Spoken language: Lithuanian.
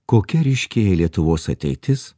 kokia ryškėja lietuvos ateitis